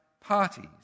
parties